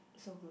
so good